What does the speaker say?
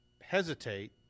hesitate